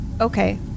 Okay